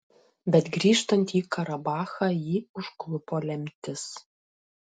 bet grįžtant į karabachą jį užklupo lemtis